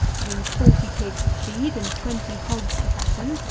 having forty pigs to feed, and twenty hogs to fatten,